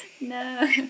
No